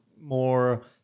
more